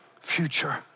future